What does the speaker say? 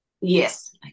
Yes